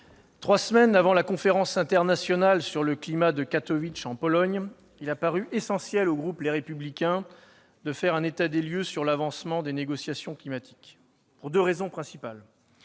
trois semaines avant la conférence internationale sur le climat de Katowice en Pologne, il a paru essentiel au groupe Les Républicains de faire un état des lieux sur l'avancement des négociations climatiques. Il y a deux raisons principales